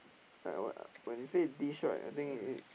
like what uh when you say dish right I think it